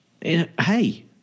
hey